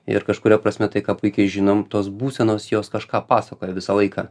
ir kažkuria prasme tai ką puikiai žinom tos būsenos jos kažką pasakoja visą laiką